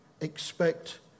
expect